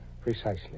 Precisely